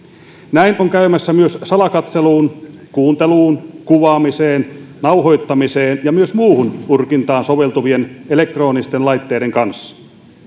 näin on käymässä myös salakatseluun kuunteluun kuvaamiseen nauhoittamiseen ja myös muuhun urkintaan soveltuvien elektronisten laitteiden kanssa